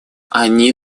они